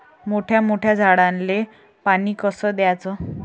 मोठ्या मोठ्या झाडांले पानी कस द्याचं?